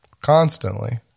Constantly